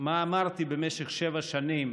מה אמרתי במשך שבע שנים